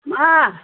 मा